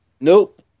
Nope